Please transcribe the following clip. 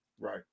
Right